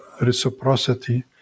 reciprocity